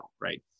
right